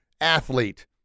athlete